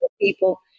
people